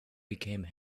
became